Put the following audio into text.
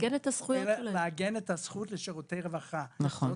אלא לעגן את הזכות לשירותי רווחה; אבל